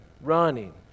running